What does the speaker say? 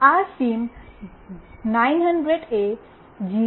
આ સિમ900 એ જી